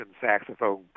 saxophone